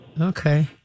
Okay